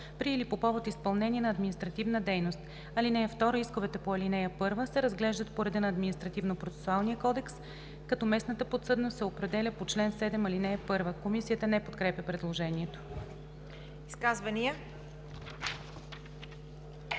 при или по повод изпълнение на административна дейност. (2) Исковете по ал. 1 се разглеждат по реда на Административнопроцесуалния кодекс, като местната подсъдност се определя по чл. 7, ал. 1.“ Комисията не подкрепя предложението. ПРЕДСЕДАТЕЛ